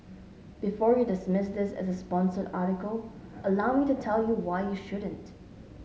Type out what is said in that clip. before you dismiss this as a sponsored article allow me to tell you why you shouldn't